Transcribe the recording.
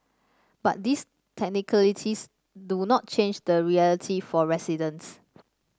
but these technicalities do not change the reality for residents